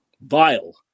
Vile